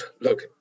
look